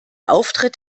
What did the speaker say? auftritt